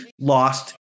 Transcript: lost